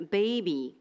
baby